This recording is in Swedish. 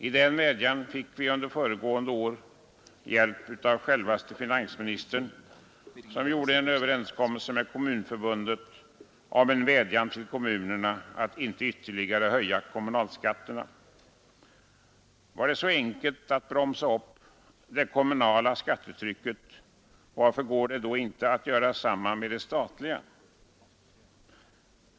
I den vädjan fick vi under föregående år hjälp av självaste finansministern, som gjorde en överenskommelse med Kommunförbundet om en vädjan till kommunerna att icke ytterligare höja kommunalskatterna. Var det så enkelt att bromsa upp det kommunala skattetrycket, varför går det då inte att göra detsamma med det statliga?